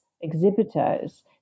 exhibitors